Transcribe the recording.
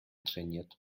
trainiert